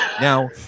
Now